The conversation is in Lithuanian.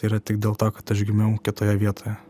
tai yra tik dėl to kad aš gimiau kitoje vietoje